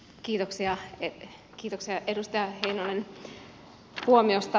kiitoksia edustaja heinonen huomiosta